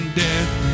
death